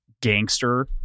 gangster